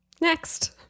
Next